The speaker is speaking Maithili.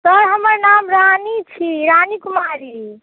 सर हमर नाम रानी छी रानी कुमारी